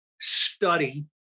study